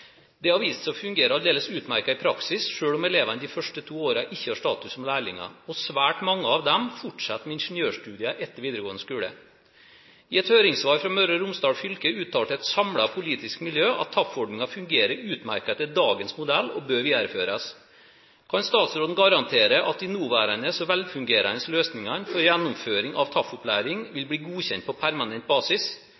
Det har vist seg å fungere aldeles utmerket i praksis, selv om elevene de første to årene ikke har status som lærlinger. Svært mange av dem fortsetter med ingeniørstudier etter videregående skole. I et høringssvar fra Møre og Romsdal fylke uttalte et samlet politisk miljø at TAF-ordningen fungerer utmerket etter dagens modell og bør videreføres. Kan statsråden garantere at de nåværende og velfungerende løsningene for gjennomføring av TAF-opplæring vil